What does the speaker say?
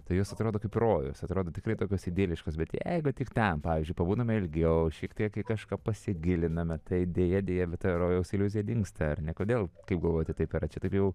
tai jos atrodo kaip rojus atrodo tikrai tokios idiliškos bet jeigu tik ten pavyzdžiui pabūname ilgiau šiek tiek kai kažką pasigiliname tai deja deja bet rojaus iliuzija dingsta ar ne kodėl kaip galvojate taip yra čia taip jau